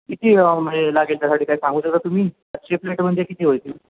किती हे लागेल त्यासाठी काय सांगू शकता तुम्ही पाचशे प्लेट म्हणजे किती होईल